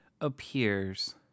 appears